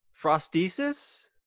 frostesis